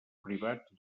privats